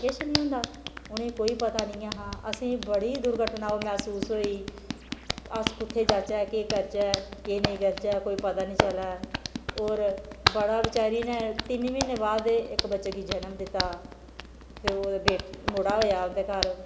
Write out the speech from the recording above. किश नेईं होंदा उ'नेंगी कोई पता नेईं हा असेंगी बड़ी दुर्घटना महसूस होई अस कुत्थै जाचै केह् करचै केह् नेईं करचै कोई पता नेईं चलै होर बड़ा बचारी ने तिन्न म्हीने बाद इक बच्चे गी जनम दित्ता फिर ओह्दे बे मुड़ होएआ उं'दे घर